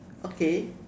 okay